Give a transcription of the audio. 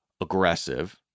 aggressive